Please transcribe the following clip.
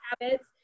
habits